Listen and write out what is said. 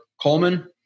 Coleman